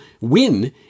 win